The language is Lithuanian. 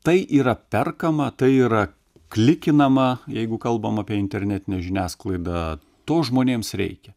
tai yra perkama tai yra klikinama jeigu kalbam apie internetinę žiniasklaidą to žmonėms reikia